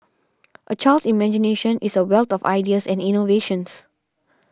a child's imagination is a wealth of ideas and innovations